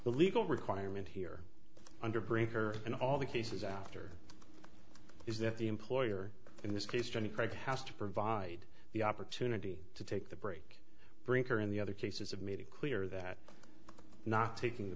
the legal requirement here under brinker and all the cases after is that the employer in this case jenny craig has to provide the opportunity to take the break brinker in the other cases have made it clear that not taking